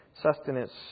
sustenance